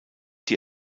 die